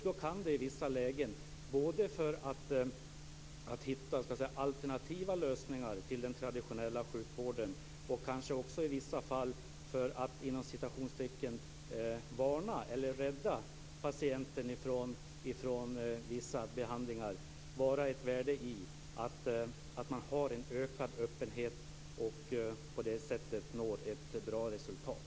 Då kan det i vissa lägen både för att hitta alternativa lösningar till den traditionella sjukvården och kanske också i vissa fall för att "varna" eller "rädda" patienten ifrån vissa behandlingar vara ett värde i att man har en ökad öppenhet och på det sättet når ett bra resultat.